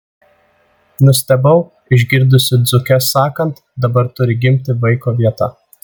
nustebau išgirdusi dzūkes sakant dabar turi gimti vaiko vieta